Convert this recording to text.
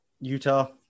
Utah